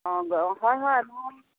অঁ অঁ হয় হয় মই